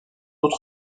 dans